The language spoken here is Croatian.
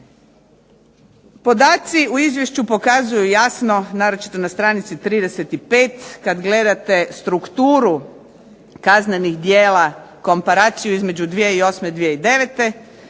Podaci u Izvješću pokazuju jasno naročito na stranici 35. kad gledate strukturu kaznenih djela, komparaciju između 2008. i 2009.